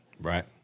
Right